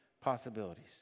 possibilities